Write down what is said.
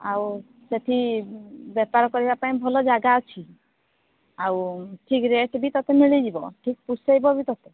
ଆଉ ସେଠି ବେପାର କରିବା ପାଇଁ ଭଲ ଜାଗା ଅଛି ଆଉ ଠିକ୍ ରେଟ୍ ବି ତତେ ମିଳିଯିବ ଠିକ୍ ପୁଷେଇବ ବି ତତେ